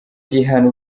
gihano